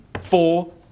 four